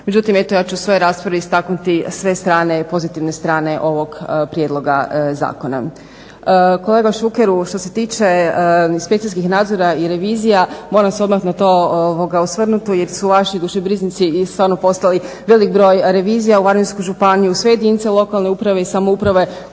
međutim eto ja ću u svojoj raspravi istaknuti sve strane, pozitivne strane ovog prijedloga zakona. Kolega Šukeru, što se tiče inspekcijskih nadzora i revizija moram se odmah na to osvrnuti, jer su vaši dušebrižnici i stvarno poslali velik broj revizija u Varaždinsku županiju sve jedinice lokalne uprave i samouprave